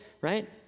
Right